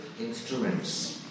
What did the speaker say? instruments